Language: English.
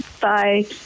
bye